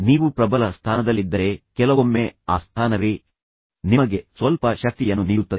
ನೀವು ಪ್ರಬಲ ಸ್ಥಾನದಲ್ಲಿದ್ದರೆ ಕೆಲವೊಮ್ಮೆ ಆ ಸ್ಥಾನವೇ ನಿಮಗೆ ಸ್ವಲ್ಪ ಶಕ್ತಿಯನ್ನು ನೀಡುತ್ತದೆ